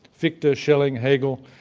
fichte ah schelling, hegel,